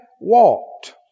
walked